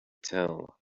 tell